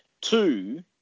Two